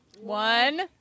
One